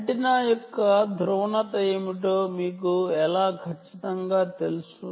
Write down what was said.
antenna యొక్క polarisation ఏమిటో మీకు ఎలా ఖచ్చితంగా తెలుసు